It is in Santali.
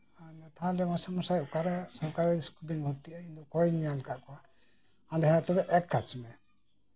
ᱟᱫᱚ ᱛᱟᱦᱞᱮ ᱢᱟᱥᱴᱥᱟᱨ ᱢᱚᱥᱟᱭ ᱥᱚᱠᱟᱨᱤ ᱤᱥᱠᱩᱞᱨᱮ ᱤᱧ ᱫᱚ ᱚᱠᱟᱨᱮᱧ ᱵᱷᱚᱨᱛᱤᱜᱼᱟ ᱚᱠᱚᱭᱫᱚ ᱵᱟᱹᱧ ᱧᱮᱞ ᱠᱟᱜ ᱠᱚᱣᱟ ᱦᱮᱸ ᱛᱚᱵᱮ ᱮᱠ ᱠᱟᱡ ᱢᱮ